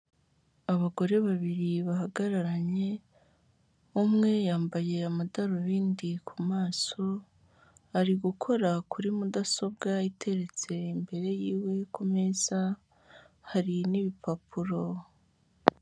Abagore babiri bahagararanye, umwe yambaye amadarubindi ku maso, ari gukora kuri mudasobwa iteretse imbere yiwe, ku meza hari n'ibipapuro.